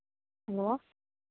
hello